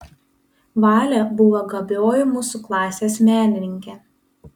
valė buvo gabioji mūsų klasės menininkė